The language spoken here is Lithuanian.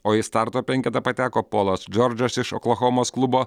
o į starto penketą pateko polas džordžas iš oklahomos klubo